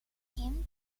him